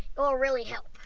it will really help.